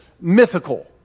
mythical